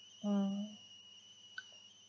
mm